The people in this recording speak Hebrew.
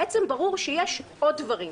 בעצם ברור שיש עוד דברים.